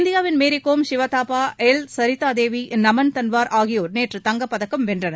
இந்தியாவின் மேரி கோம் சிவா தாபா எல்சரிதா தேவி நமன் தன்வார் ஆகியோர் நேற்று தங்கப்பதக்கம் வென்றனர்